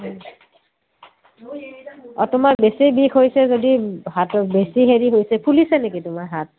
অঁ তোমাৰ বেছি বিষ হৈছে যদি হাতৰ বেছি হেৰি হৈছে ফুলিছে নেকি তোমাৰ হাত